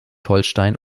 holstein